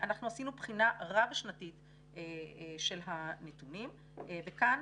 אנחנו עשינו בחינה רב-שנתית של הנתונים וכאן,